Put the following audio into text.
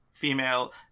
female